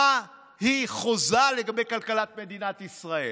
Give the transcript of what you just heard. מה היא חוזה לגבי כלכלת מדינת ישראל.